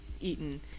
eaten